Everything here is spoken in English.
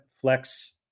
flex